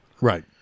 right